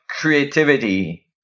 creativity